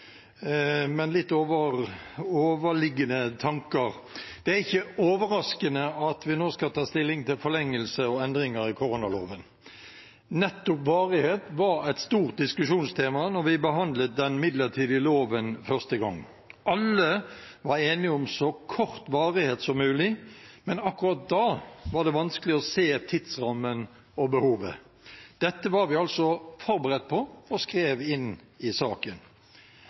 men jeg har noen litt overliggende tanker. Det er ikke overraskende at vi nå skal ta stilling til forlengelse og endringer i koronaloven. Nettopp varighet var et stort diskusjonstema da vi behandlet den midlertidige loven første gang. Alle var enige om så kort varighet som mulig, men akkurat da var det vanskelig å se tidsrammen og behovet. Dette var vi altså forberedt på og skrev inn i saken.